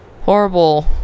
horrible